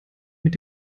mit